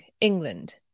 England